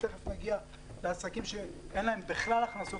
ותיכף נגיע לעסקים שאין להם בכלל הכנסות